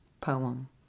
poem